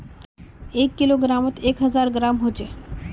एक किलोग्रमोत एक हजार ग्राम होचे